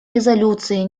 резолюции